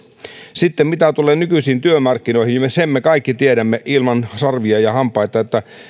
sitten mitä tulee nykyisiin työmarkkinoihin sen me kaikki tiedämme ilman sarvia ja hampaita että